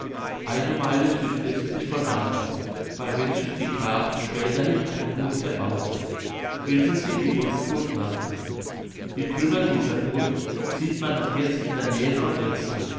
eine meile südwestlich von naugard bei welchem die grafen späterhin eine burg erbauten welche sie die wolfsburg nannten die trümmer dieser burg sieht man noch jetzt in der nähe von